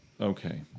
Okay